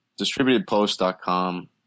distributedpost.com